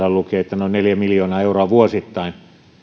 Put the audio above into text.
että noin neljä miljoonaa euroa vuosittain